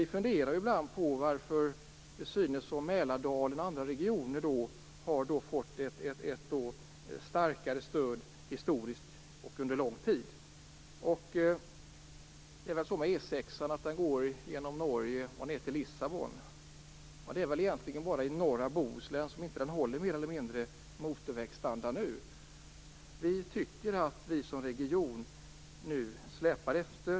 Vi funderar ibland på varför det synes som om Mälardalen och andra regioner har fått ett starkare stöd historiskt, under lång tid. E 6 går genom Norge och ända ned till Lissabon. Det är egentligen bara i norra Bohuslän som den inte håller motorvägsstandard. Vi tycker att Västsverige som region släpar efter.